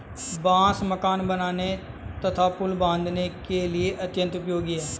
बांस मकान बनाने तथा पुल बाँधने के लिए यह अत्यंत उपयोगी है